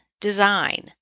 design